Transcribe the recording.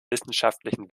wissenschaftlichen